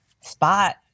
spot